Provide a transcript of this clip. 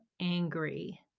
angry